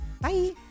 Bye